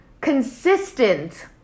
consistent